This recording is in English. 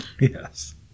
Yes